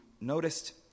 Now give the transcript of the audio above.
noticed